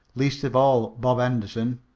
least of all bob henderson.